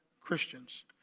Christians